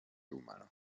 humano